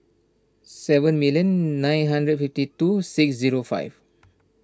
seven million nine hundred fifty two six zero five